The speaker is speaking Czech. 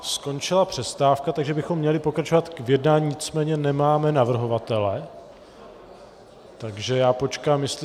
Skončila přestávka, takže bychom měli pokračovat v jednání, nicméně nemáme navrhovatele, takže počkám, jestli...